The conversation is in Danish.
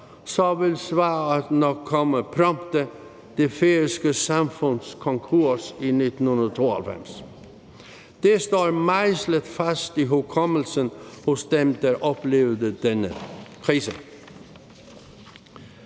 så vil svaret nok komme prompte: det færøske samfunds konkurs i 1992. Det står mejslet fast i hukommelsen hos dem, der oplevede denne krise.